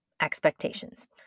expectations